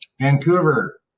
Vancouver